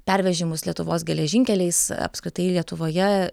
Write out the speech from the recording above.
pervežimus lietuvos geležinkeliais apskritai lietuvoje